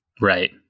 Right